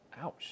Ouch